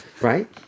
Right